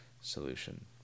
solution